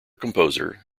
composer